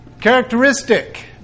Characteristic